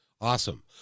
Awesome